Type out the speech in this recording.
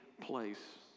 place